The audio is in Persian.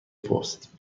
پست